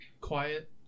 Quiet